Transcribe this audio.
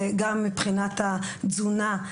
גם מבחינת התזונה,